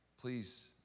Please